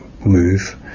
move